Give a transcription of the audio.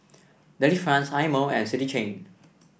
Delifrance Eye Mo and City Chain